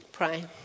Pray